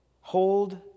Hold